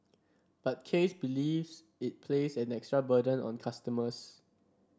but case believes it place an extra burden on customers